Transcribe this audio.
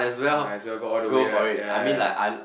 might as well go all the way right ya ya ya